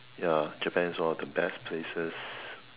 ya Japan saw the best places